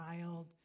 child